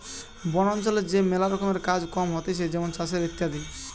বন অঞ্চলে যে ম্যালা রকমের কাজ কম হতিছে যেমন চাষের ইত্যাদি